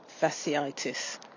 fasciitis